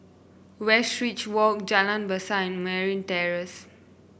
Westridge Walk Jalan Besar and Merryn Terrace